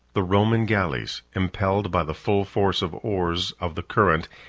the roman galleys, impelled by the full force of oars, of the current,